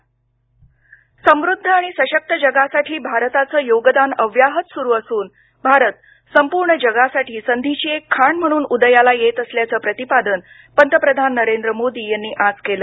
पंतप्रधान समृद्ध आणि सशक्त जगासाठी भारताचं योगदान अव्याहत सुरू असून भारत संपूर्ण जगासाठी संधीची एक खाण म्हणून उदयाला येत असल्याचं प्रतिपादन पंतप्रधान नरेंद्र मोदी यांनी आज केलं